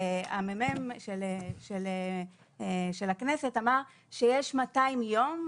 הממ"מ של הכנסת אמר שזה 200 יום,